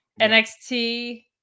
NXT